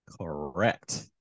Correct